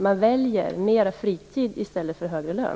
Man väljer mera fritid i stället för högre lön.